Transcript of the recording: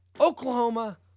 Oklahoma